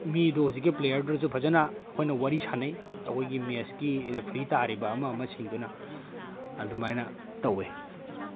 ꯃꯤꯗꯣ ꯍꯧꯖꯤꯛꯀꯤ ꯄ꯭ꯂꯦꯌ꯭ꯔꯗꯨꯁꯨ ꯐꯖꯅ ꯑꯈꯣꯏꯅ ꯋꯥꯔꯤ ꯁꯥꯟꯅꯩ ꯑꯩꯈꯣꯏꯒꯤ ꯃꯦꯠꯁꯀꯤ ꯔꯦꯐ꯭ꯔꯤ ꯇꯥꯔꯤꯕ ꯑꯃ ꯑꯃꯁꯤꯡꯗꯨꯅ ꯑꯗꯨꯃꯥꯏꯅ ꯇꯧꯏ